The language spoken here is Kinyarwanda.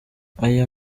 aya